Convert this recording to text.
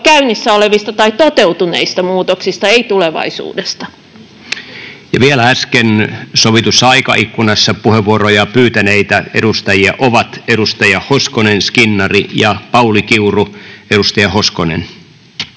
käynnissä olevista tai toteutuneista muutoksista, ei tulevaisuudesta. Ja vielä äsken sovitussa aikaikkunassa puheenvuoroja pyytäneitä edustajia ovat edustajat Hoskonen, Skinnari ja Pauli Kiuru. Arvoisa herra